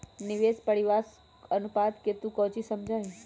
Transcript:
निवेश परिव्यास अनुपात से तू कौची समझा हीं?